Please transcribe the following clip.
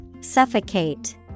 Suffocate